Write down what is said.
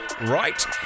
right